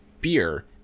beer